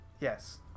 Yes